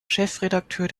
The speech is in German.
chefredakteur